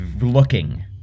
looking